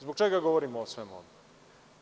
Zbog čega govorimo o svemu ovome?